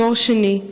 דור שני.